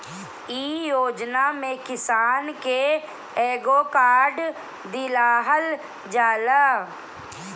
इ योजना में किसान के एगो कार्ड दिहल जाला